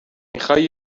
میخوای